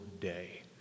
day